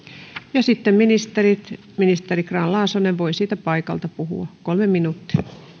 ja sitten ministerit ministeri grahn laasonen voi siitä paikalta puhua kolme minuuttia